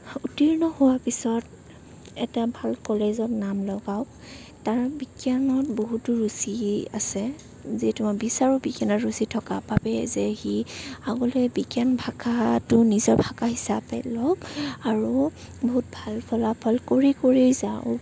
উত্তীৰ্ণ হোৱাৰ পিছত এটা ভাল কলেজত নাম লগাওক তাৰ বিজ্ঞানত বহুতো ৰুচি আছে যিহেতু মই বিচাৰোঁ বিজ্ঞানত ৰুচি থকাৰ বাবে যে সি আগলৈ বিজ্ঞান ভাষাটো নিজৰ ভাষা হিচাপে লওক আৰু বহুত ভাল ফলাফল কৰি কৰি যাওক